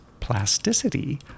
plasticity